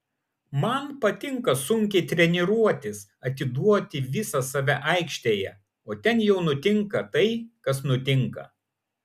man patinka sunkiai treniruotis atiduoti visą save aikštėje o ten jau nutinka tai kas nutinka